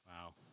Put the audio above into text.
Wow